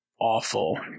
awful